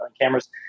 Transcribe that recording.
cameras